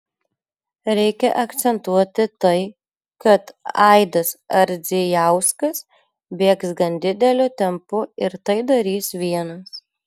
reikia akcentuoti tai kad aidas ardzijauskas bėgs gan dideliu tempu ir tai darys vienas